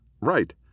Right